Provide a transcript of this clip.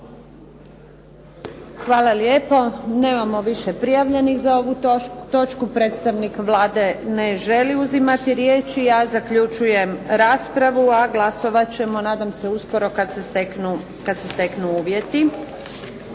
Hvala lijepo. Nemamo više prijavljenih za ovu točku. Predstavnik Vlade ne želi uzimati riječ. Ja zaključujem raspravu, a glasovati ćemo nadam se uskoro kad se steknu uvjeti.